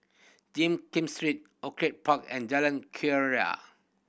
Jin Kim Street Orchid Park and Jalan Keria